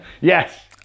Yes